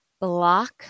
block